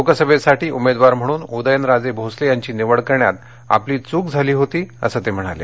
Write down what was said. लोकसभेसाठी उमेदवार म्हणून उदयनराजे भोसले यांची निवड करण्यात आपली चूक झाली होती असं ते म्हणाले